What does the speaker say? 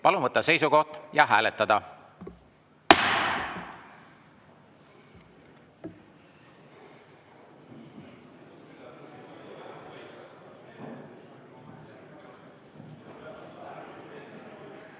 Palun võtta seisukoht ja hääletada!